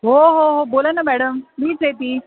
हो हो हो बोला ना मॅडम मीच आहे ती